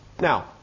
Now